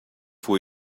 for